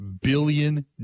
billion